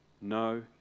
no